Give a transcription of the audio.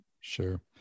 Sure